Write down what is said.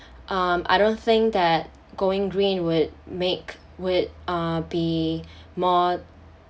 um I don't think that going green would make with uh be more